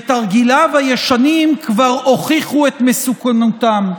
ותרגיליו הישנים כבר הוכיחו את מסוכנותם.